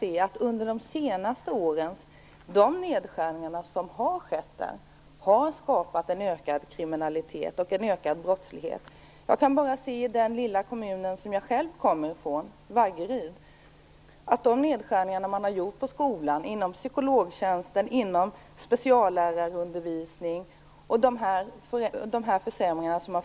Däremot har jag kunnat se att de nedskärningar som har skett under de senaste åren har skapat en ökad kriminalitet och en ökad brottslighet. Jag kan se hur det är i den lilla kommun jag själv kommer ifrån - Vaggeryd. Man har gjort nedskärningar på skolan inom psykologtjänsten och inom speciallärarundervisningen.